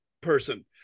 person